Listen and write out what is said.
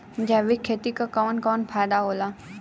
जैविक खेती क कवन कवन फायदा होला?